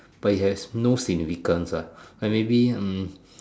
but it has no significance what like maybe hmm